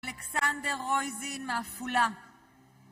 אלכסנדר רויזין, מעפולה